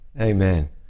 amen